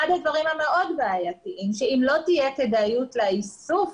אחד הדברים המאוד בעייתיים הוא שאם לא תהיה כדאיות לאיסוף,